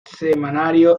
semanario